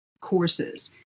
courses